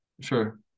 Sure